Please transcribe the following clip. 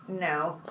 no